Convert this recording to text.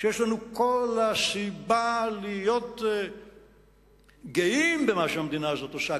כשיש לנו כל הסיבות להיות גאים במה שהמדינה הזאת עושה,